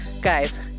guys